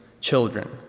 children